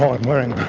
i'm wearing